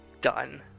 done